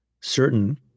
certain